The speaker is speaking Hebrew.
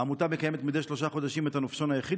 העמותה מקיימת מדי שלושה חודשים את הנופשון היחיד